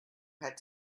had